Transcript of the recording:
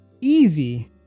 easy